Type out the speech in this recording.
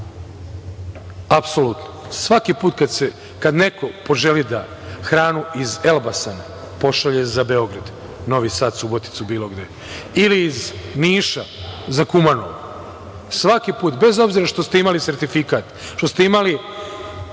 Apsolutno, svaki kada neko poželi da hranu iz Elbasa pošalje za Beograd, Novi Sad, Subotici, bilo gde, ili iz Niša za Kumanovo, svaki put, bez obzira što ste imali sertifikat, što ste imali